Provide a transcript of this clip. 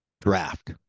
draft